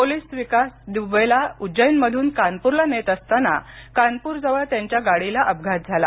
police Vikas दुबेला उज्जैनमधून कानपूरला नेत असताना कानपूरजवळ त्यांच्या गाडीला अपघात झाला